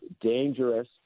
dangerous